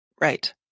Right